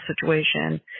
situation